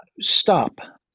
Stop